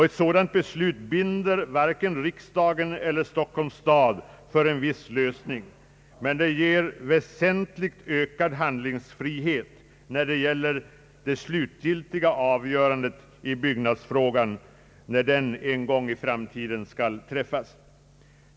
Ett sådant beslut binder varken riksdagen eller Stockholms stad för en viss lösning, men ger väsentligt ökad handlingsfrihet vad gäller det slutgiltiga avgörandet i byggnadsfrågan, när detta en gång i framtiden skall träffas.